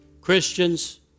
Christians